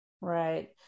Right